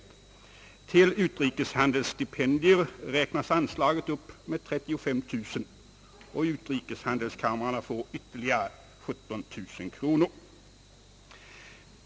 Anslaget till utrikeshandelsstipendier räknas upp med 35 000 kronor, och utrikeshandelskamrarna får ytterligare 17 000 kronor.